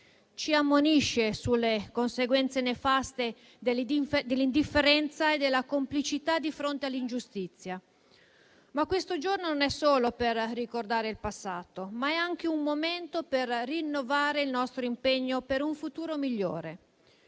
Ci ammonisce sulle conseguenze nefaste dell'indifferenza e della complicità di fronte all'ingiustizia. Questo giorno però è un momento non solo per ricordare il passato, ma anche per rinnovare il nostro impegno per un futuro migliore.